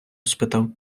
спитав